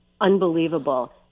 unbelievable